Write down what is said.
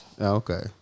Okay